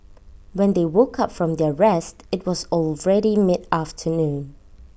when they woke up from their rest IT was already mid afternoon